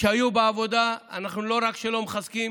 שהיו בעבודה, לא רק שאנחנו לא מחזקים